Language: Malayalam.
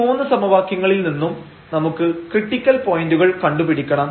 ഈ മൂന്ന് സമവാക്യങ്ങളിൽനിന്നും നമുക്ക് ക്രിട്ടിക്കൽ പോയന്റുകൾ കണ്ടുപിടിക്കണം